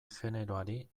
generoari